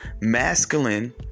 Masculine